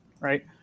Right